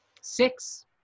Six